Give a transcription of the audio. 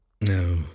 No